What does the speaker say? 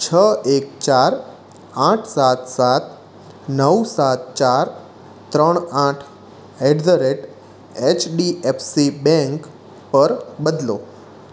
છ એક ચાર આઠ સાત સાત નવ સાત ચાર ત્રણ આઠ at the rate H D F C bank પર બદલો